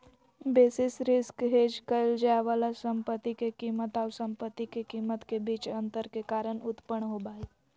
basis risk hedge क़इल जाय वाला संपत्ति के कीमत आऊ संपत्ति के कीमत के बीच अंतर के कारण उत्पन्न होबा हइ